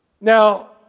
Now